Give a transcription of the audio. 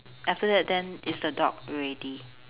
after that then is the dog already